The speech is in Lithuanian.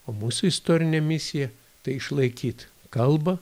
o mūsų istorinė misija tai išlaikyt kalbą